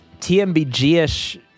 TMBG-ish